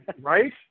Right